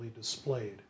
displayed